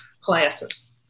classes